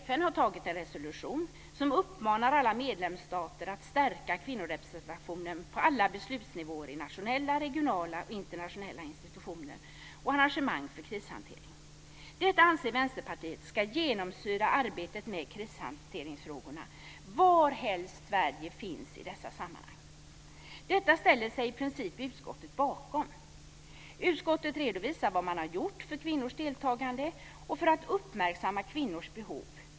FN har tagit en resolution som uppmanar alla medlemsstater att stärka kvinnorepresentationen på alla beslutsnivåer i nationella, regionala och internationella institutioner och arrangemang för krishantering. Detta anser Vänsterpartiet ska genomsyra arbetet med krishanteringsfrågorna varhelst Sverige finns i dessa sammanhang. Detta ställer sig i princip utskottet bakom. Utskottet redovisar vad man har gjort för kvinnors deltagande och för att uppmärksamma kvinnors behov.